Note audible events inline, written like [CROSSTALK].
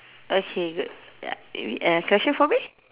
okay good ya [NOISE] any question for me